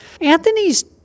Anthony's